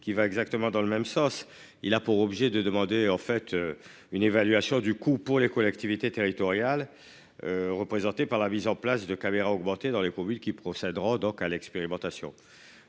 qui va exactement dans le même sens. Il a pour objet de demander en fait une évaluation du coût pour les collectivités territoriales. Représenté par la mise en place de caméras augmenter dans les communes qui procédera donc à l'expérimentation.